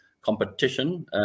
competition